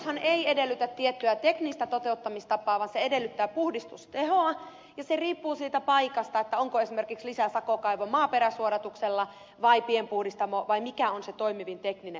asetushan ei edellytä tiettyä teknistä toteuttamistapaa vaan se edellyttää puhdistustehoa ja se riippuu siitä paikasta onko esimerkiksi lisäsakokaivo maaperäsuodatuksella vai pienpuhdistamo vai mikä on se toimivin tekninen ratkaisu